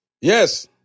Yes